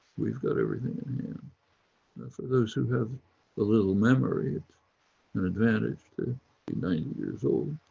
we've got everything. and you know for those who have a little memory, an advantage to be ninety years old.